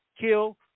Kill